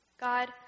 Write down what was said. God